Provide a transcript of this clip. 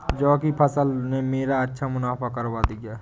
जौ की फसल ने मेरा अच्छा मुनाफा करवा दिया